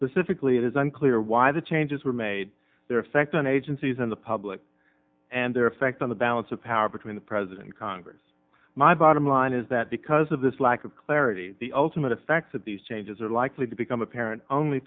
specifically it is unclear why the changes were made their effect on agencies in the public and their effect on the balance of power between the president congress my bottom line is that because of this lack of clarity the ultimate effects of these changes are likely to become apparent only